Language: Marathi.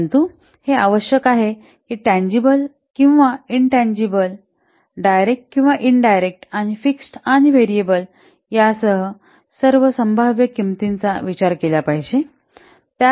परंतु हे आवश्यक आहे की टँजिबल आणि इनटँजिबल डायरेक्ट आणि इनडायरेक्ट आणि फिक्स्ड आणि व्हेरिएबल यासह सर्व संभाव्य किंमतींचा विचार केला पाहिजे